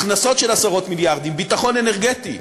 הכנסות של עשרות מיליארדים, ביטחון אנרגטי.